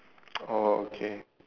oh okay